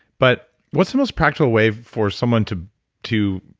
but what's the most practical way for someone to to